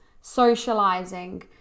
socializing